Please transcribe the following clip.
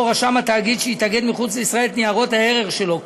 רשם התאגיד שהתאגד מחוץ לישראל את ניירות הערך שלו,